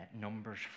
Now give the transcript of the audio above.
Numbers